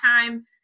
time